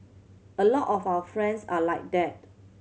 a lot of our friends are like that